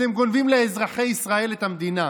אתם גונבים לאזרחי ישראל את המדינה: